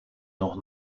nog